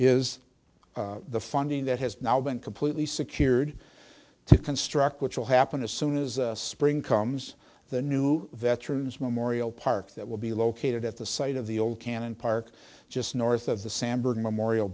is the funding that has now been completely secured construct which will happen as soon as spring comes the new veterans memorial park that will be located at the site of the old can and park just north of the